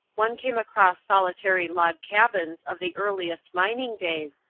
one came across solitary log cabins of the earliest mining days,